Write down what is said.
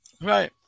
right